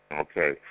Okay